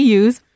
use